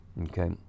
Okay